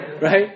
Right